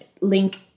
link